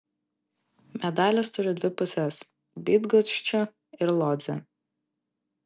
medalis turi dvi pusės bydgoščių ir lodzę